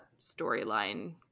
storyline